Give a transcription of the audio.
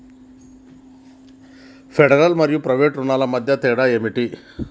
Federal మరియు private రుణాల మధ్య తేడా ఏమిటి?